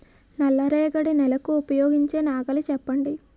నల్ల రేగడి నెలకు ఉపయోగించే నాగలి చెప్పండి?